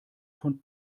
von